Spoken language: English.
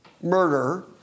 murder